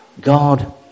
God